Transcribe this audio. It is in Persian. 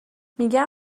میگن